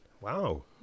Wow